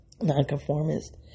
nonconformist